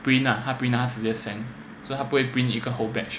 print lah 他直接 send 所以他不会 print 一个 whole batch